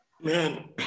Man